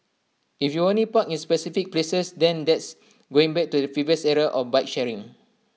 if you only park in specific places then that's going back to the previous era of bike sharing